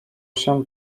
się